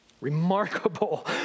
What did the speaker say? Remarkable